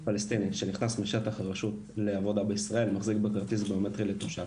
פלסטיני שנכנס משטח הרשות לעבודה בישראל מחזיק בכרטיס הביומטרי לתושב.